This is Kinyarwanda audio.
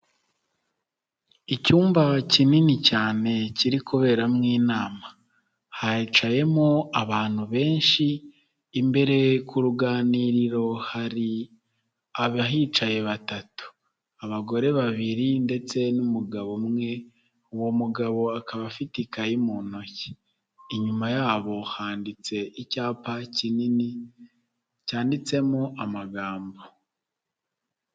Icyumba kinini cyane kiri kuberamo inama hicayemo abantu benshi, imbere ku ruganiriro hari abahicaye batatu abagore babiri ndetse n'umugabo umwe, uwo mugabo akaba afite ikayi mu ntoki, inyuma yabo handitse icyapa kinini cyanditsemo amagambo.